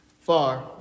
far